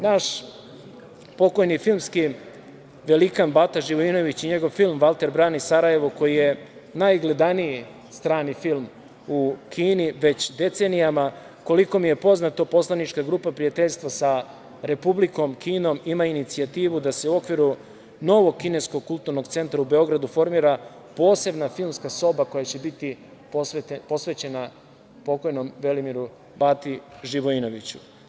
Naš pokojni filmski velikan Bata Živojinović i njegov film „Valter brani Sarajevo“, koji je najgledaniji strani film u Kini već decenijama, koliko mi je poznato, Poslanička grupa prijateljstva sa Republikom Kinom ima inicijativu da se u okviru novog Kineskog kulturnog centra u Beogradu formira posebna filmska soba koja će biti posvećena pokojnom Velimiru Bati Živojinoviću.